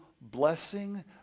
blessing